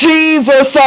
Jesus